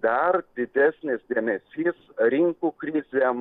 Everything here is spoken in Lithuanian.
dar didesnis dėmesys rinkų krizėm